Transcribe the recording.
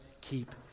keep